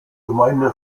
gemeinde